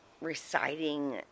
reciting